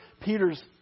Peter's